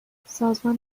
سازمان